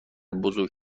بزرگ